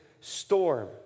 storm